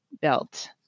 built